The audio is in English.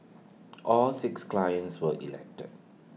all six clients were elected